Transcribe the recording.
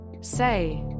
Say